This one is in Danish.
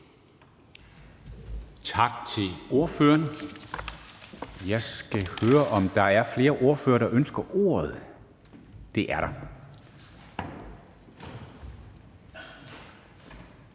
Dam Kristensen): Jeg skal høre, om der er flere ordførere, der ønsker ordet. Det er der,